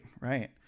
right